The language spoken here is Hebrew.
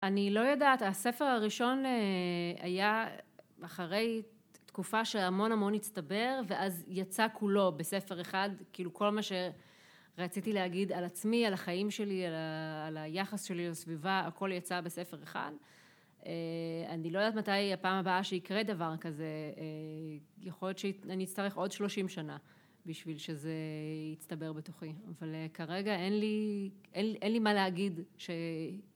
אני לא יודעת, הספר הראשון היה אחרי תקופה שהמון המון הצטבר ואז יצא כולו בספר אחד, כאילו כל מה שרציתי להגיד על עצמי, על החיים שלי, על היחס שלי לסביבה, הכל יצא בספר אחד. אני לא יודעת מתי הפעם הבאה שיקרה דבר כזה, יכול להיות שאני אצטרך עוד שלושים שנה בשביל שזה יצטבר בתוכי, אבל כרגע אין לי, אין לי מה להגיד